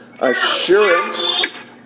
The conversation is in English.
Assurance